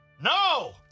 No